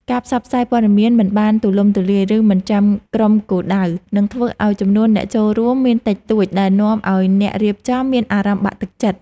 ការផ្សព្វផ្សាយព័ត៌មានមិនបានទូលំទូលាយ ឬមិនចំក្រុមគោលដៅ នឹងធ្វើឱ្យចំនួនអ្នកចូលរួមមានតិចតួច ដែលនាំឱ្យអ្នករៀបចំមានអារម្មណ៍បាក់ទឹកចិត្ត។